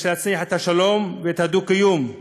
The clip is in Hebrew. יש להנציח את השלום ואת הדו-קיום,